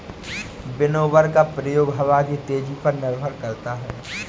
winnower का प्रयोग हवा की तेजी पर निर्भर करता है